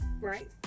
right